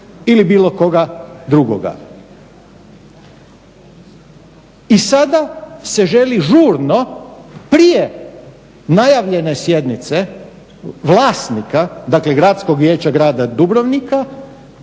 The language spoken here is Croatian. ili bilo koga drugoga. I sada se želi žurno prije najavljene sjednice vlasnika, dakle Gradskog vijeća grada Dubrovnika,